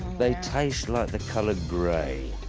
they taste like the colour grey.